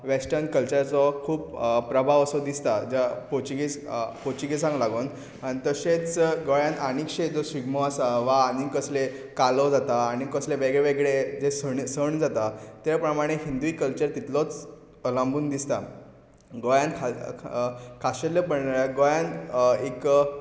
western कल्चराचो खूप प्रभाव ओसो दिसता ज्या पोचुगीज पोचुगिजांक लागून आनी तशेंच गोंयांत आनी कशे ज शिगमो आसा वा आनी कसले कालो जाता आनी कसले वेगळे वेगळे जे सण सण जाता त्या प्रमाणे हिंदूय कल्चर तितलोच लांबून दिसता गोंयान खा खाशेल्लेपण गोंयान एक